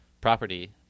Property